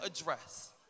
address